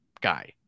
guy